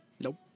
Nope